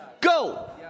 go